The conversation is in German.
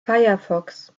firefox